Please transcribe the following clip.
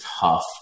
tough